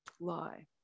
lie